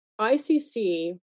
ICC